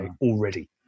already